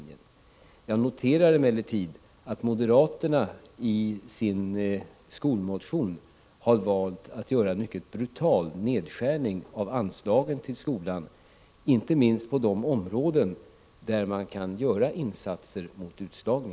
Jag noterar emellertid att moderaterna i sin skolmotion har valt att göra en mycket brutal nedskärning av anslagen till skolan, inte minst på de områden där man kan göra insatser mot utslagning.